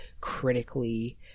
critically